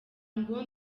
ngo